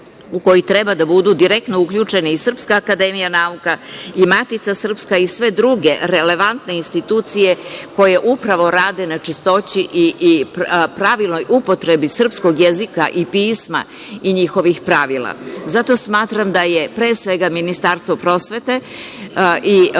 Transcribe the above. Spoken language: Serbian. u koji treba da budu direktno uključeni i Srpska akademija nauka i Matica srpska i sve druge relevantne institucije koje upravo rade na čistoći i pravilnoj upotrebi srpskog jezika i pisma i njihovih pravila. Zato smatram da je, pre svega, Ministarstvo prosvete, nauke